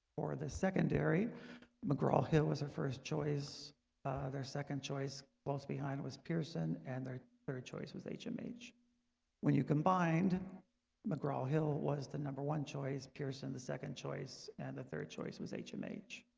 the secondary mcgraw-hill was a first choice their second choice close behind was pearson and their third choice was hmh when you combined mcgraw-hill was the number one choice pearson the second choice and the third choice was hmh